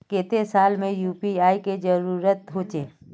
केते साल में यु.पी.आई के जरुरत होचे?